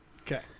Okay